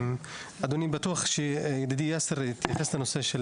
אדוני בטוח שידידי יאסר התייחס לנושא של